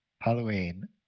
Halloween